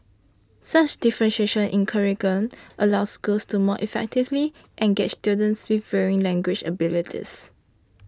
such differentiation in curriculum allows schools to more effectively engage students with varying language abilities